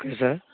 okay sir